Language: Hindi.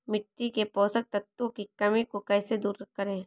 मिट्टी के पोषक तत्वों की कमी को कैसे दूर करें?